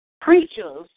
Preachers